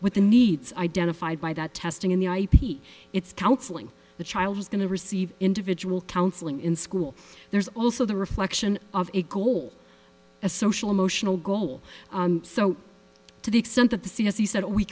with the needs identified by that testing in the ip it's counseling the child is going to receive individual counseling in school there's also the reflection of a goal a social emotional goal so to the extent that the see as he said we